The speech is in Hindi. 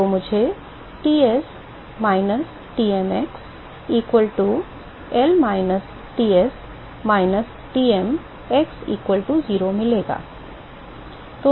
तो मुझे Ts minus Tmx equal to L minus Ts minus Tm x equal to 0 मिलेगा